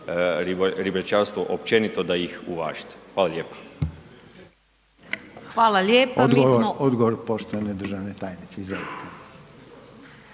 ribničarstvo općenito da ih uvažite. Hvala lijepa. **Reiner, Željko (HDZ)** Odgovor poštovane državne tajnice.